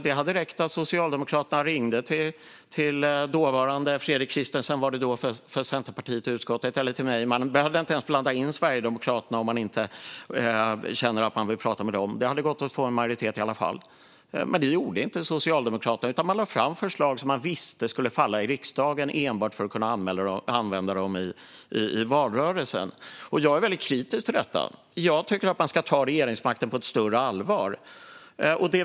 Det hade räckt att Socialdemokraterna hade ringt till Fredrik Christensen från Centerpartiet som då satt i utskottet eller till mig. De hade inte ens behövt blanda in Sverigedemokraterna om de inte kände för att prata med dem. Det hade gått att få majoritet i alla fall. Men det gjorde inte Socialdemokraterna, utan de lade fram förslag som de visste skulle falla i riksdagen, enbart för att kunna använda dem i valrörelsen. Jag är kritisk till detta. Jag tycker att man ska ta regeringsmakten på större allvar.